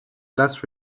last